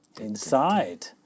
inside